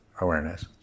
awareness